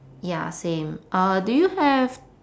ya same uh do you have